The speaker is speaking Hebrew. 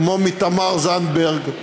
כמו מתמר זנדברג,